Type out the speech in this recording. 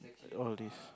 all of this